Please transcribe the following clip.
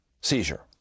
seizure